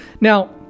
Now